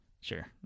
Sure